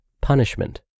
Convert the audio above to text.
punishment